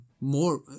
more